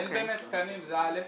אין באמת תקנים, זה א',